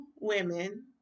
women